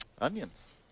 Onions